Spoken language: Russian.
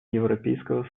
европейского